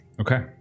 Okay